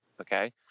okay